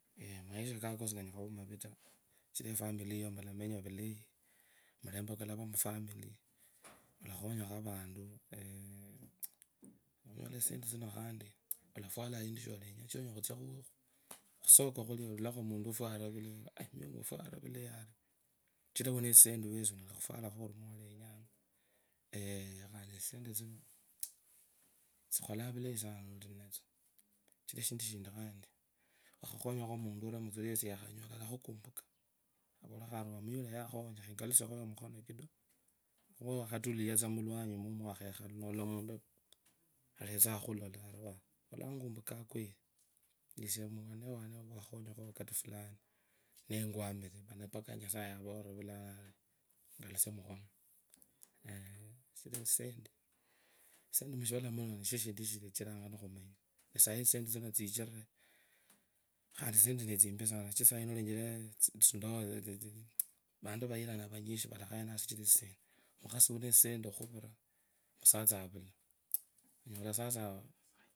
Maisha kaka sikanyala khuva maritaa sichira efomili yiyo mutamenya vulayi, mulembe kulava mufami, ulakhanyakho vantu, mmh, onyole tsisendi tsino khandi shokfakho olenya, shonyala khutsia khusoko onyole muntu fwarire oralee ori aiii, muya uyu ufwarire vulayii, sichira wunee tsisnendi wesi, onyala khufwala lwolenyaa eehh khandi tsisendi tsino tsikholaa vulayi sana mininetso shichira shindu shinti khandi khukhonyakho muntu novulayi, mtsuri yakhanyolee alakhukumpuku muya uria yakhonya khengalushekhoyo mukhunu ulava wakhatulia tsa mulwanyi wakhekhala nulola umuntu uletseaa khukhuloka asie ni wano, wakhanyakho wakati. Fulani nekwamire munipaka nyasaye uvurire vulagio ari eeeh, engalusie mukhunu, sichira tsisendi, tsisendi mushivala muno nitswi tsilachiranga nikhumenya khandi tsisendi nitsimpii sana, sichira nolechora mandoa, tsisendi nitsio, tsilachiranga vantu nivakhayana mukhasi wunetsisendi, musatsa avula, onyola sasa